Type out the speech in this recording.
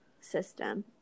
system